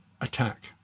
attack